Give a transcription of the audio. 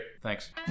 Thanks